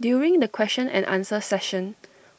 during the question and answer session